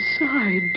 inside